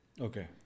Okay